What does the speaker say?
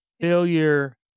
Failure